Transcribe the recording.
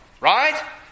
right